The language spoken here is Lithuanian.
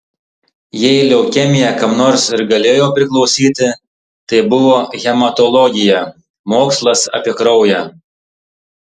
jei leukemija kam nors ir galėjo priklausyti tai buvo hematologija mokslas apie kraują